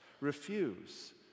Refuse